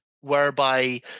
whereby